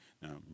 Now